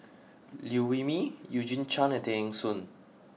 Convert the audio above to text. Liew Wee Mee Eugene Chen and Tay Eng Soon